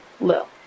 Lil